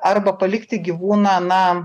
arba palikti gyvūną na